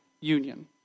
union